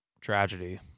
Tragedy